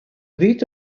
wyt